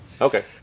okay